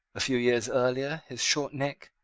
a few years earlier his short neck,